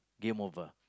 game over